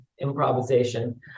improvisation